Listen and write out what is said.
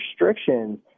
restrictions